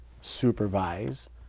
supervise